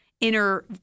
inner